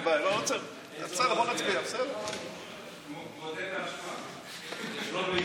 ההצעה להעביר את הנושא לוועדת החוץ והביטחון